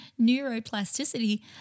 neuroplasticity